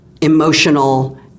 emotional